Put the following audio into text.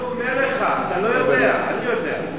אני אומר לך, אתה לא יודע, אני יודע.